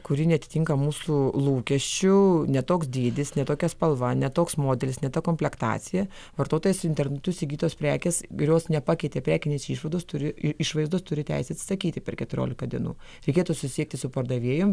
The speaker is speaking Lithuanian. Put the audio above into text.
kuri neatitinka mūsų lūkesčių ne toks dydis ne tokia spalva ne toks modelis ne ta komplektacija vartotojas internetu įsigytos prekės ir jos nepakeitė prekinės išvaizdos turi išvaizdos turi teisę atsisakyti per keturiolika dienų reikėtų susisiekti su pardavėju